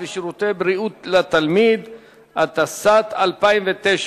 התיישנות), התש"ע 2009,